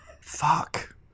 Fuck